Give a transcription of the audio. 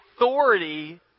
authority